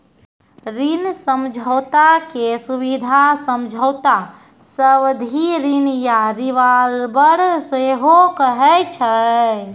ऋण समझौता के सुबिधा समझौता, सावधि ऋण या रिवॉल्बर सेहो कहै छै